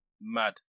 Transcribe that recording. Mad